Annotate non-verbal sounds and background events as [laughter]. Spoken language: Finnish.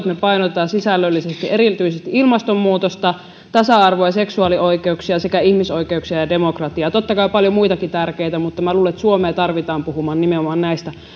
[unintelligible] me painotamme sisällöllisesti erityisesti ilmastonmuutosta tasa arvoa ja seksuaalioikeuksia sekä ihmisoikeuksia ja demokratiaa totta kai on paljon muitakin tärkeitä mutta minä luulen että suomea tarvitaan puhumaan nimenomaan näistä